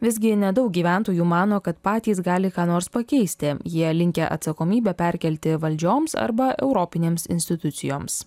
visgi nedaug gyventojų mano kad patys gali ką nors pakeisti jie linkę atsakomybę perkelti valdžioms arba europinėms institucijoms